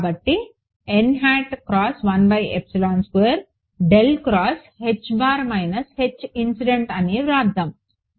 కాబట్టి అని రాద్దాం